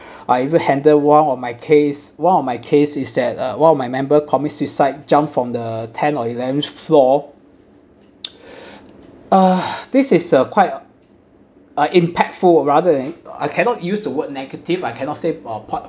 I handle one of my case one of my case is that uh one of my member commit suicide jump from the ten or eleventh floor uh this is a quite uh impactful rather than I cannot use the word negative I cannot say uh